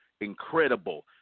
incredible